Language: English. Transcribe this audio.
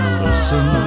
listen